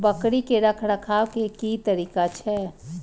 बकरी के रखरखाव के कि तरीका छै?